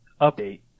update